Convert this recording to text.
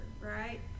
right